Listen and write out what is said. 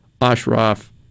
Ashraf